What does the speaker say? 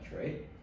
right